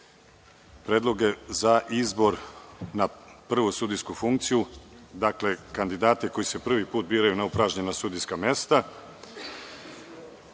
predloge za izbor na prvu sudijsku funkciju, dakle, kandidate koji se prvi put biraju na upražnjena sudijska mesta. Danas,